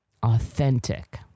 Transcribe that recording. authentic